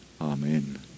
Amen